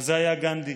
כזה היה גנדי: